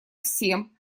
всем